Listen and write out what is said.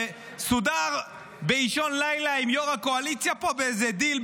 זה סודר באישון לילה עם יו"ר הקואליציה פה באיזה דיל,